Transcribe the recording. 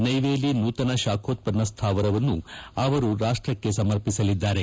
ನೈವೇಲಿ ನೂತನ ಶಾಖೋತ್ಪನ್ನ ಸ್ಥಾವರವನ್ನು ಅವರು ರಾಷ್ಟಕ್ಷೆ ಸಮರ್ಪಿಸಲಿದ್ದಾರೆ